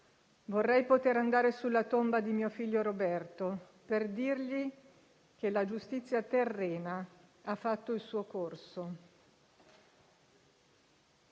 vorrei poter andare sulla tomba di mio figlio Roberto per dirgli che la giustizia terrena ha fatto il suo corso».